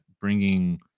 bringing